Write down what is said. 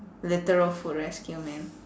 literal food rescue man